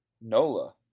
NOLA